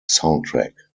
soundtrack